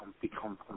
become